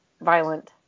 violent